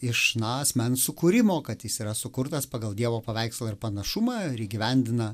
iš na asmens sukūrimo kad jis yra sukurtas pagal dievo paveikslą ir panašumą ir įgyvendina